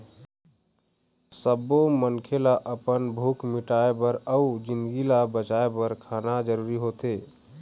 सब्बो मनखे ल अपन भूख मिटाउ बर अउ जिनगी ल बचाए बर खाना जरूरी होथे